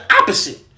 opposite